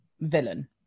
Villain